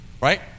right